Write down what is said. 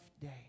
day